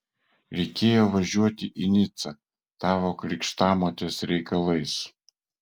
reikėjo važiuoti į nicą tavo krikštamotės reikalais